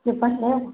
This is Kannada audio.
ನೀ ಪಸ್ಟ್ ಹೇಳು